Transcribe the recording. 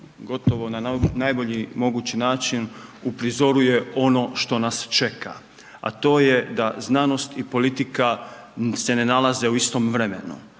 gotovo na najbolji mogući način uprizoruje ono što nas čeka a to je da znanost i politika se ne nalaze u istom vremenu